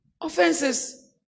Offenses